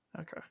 Okay